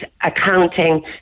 accounting